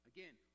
Again